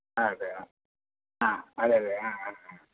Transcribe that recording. అదే అదే అదే